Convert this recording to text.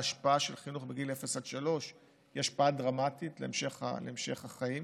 ההשפעה של חינוך בגיל אפס עד שלוש היא השפעה דרמטית להמשך החיים,